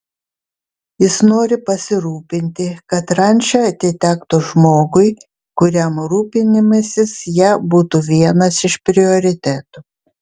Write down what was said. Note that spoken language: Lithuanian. jis nori pasirūpinti kad ranča atitektų žmogui kuriam rūpinimasis ja bus vienas iš prioritetų